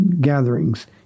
gatherings